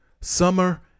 Summer